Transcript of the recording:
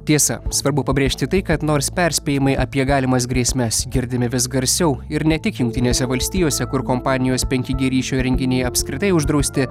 tiesa svarbu pabrėžti tai kad nors perspėjimai apie galimas grėsmes girdimi vis garsiau ir ne tik jungtinėse valstijose kur kompanijos penki g ryšio įrenginiai apskritai uždrausti